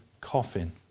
coffin